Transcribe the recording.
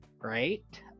right